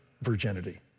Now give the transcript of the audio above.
virginity